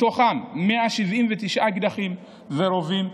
179 אקדחים ורובים,